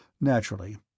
Naturally